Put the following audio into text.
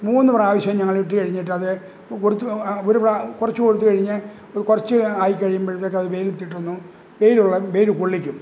മൂന്ന് പ്രാവശ്യം ഞങ്ങള് ഇട്ട് കഴിഞ്ഞിട്ടത് കൊടുത്ത് ഒരു പാ കുറച്ച് കൊടുത്തുകഴിഞ്ഞ് കുറച്ച് ആയി കഴിയുമ്പഴ്ത്തേക്കത് വെയിലത്തിട്ടൊന്ന് വെയില് കൊള്ളാൻ വെയില് കൊള്ളിക്കും